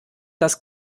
das